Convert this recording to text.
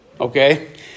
Okay